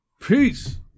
Peace